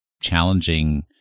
challenging